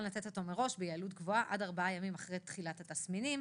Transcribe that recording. לתת אותו מראש ביעילות גבוהה עד ארבעה ימים אחרי תחילת התסמינים,